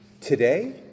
Today